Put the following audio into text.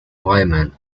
wyman